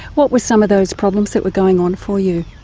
what were some of those problems that were going on for you?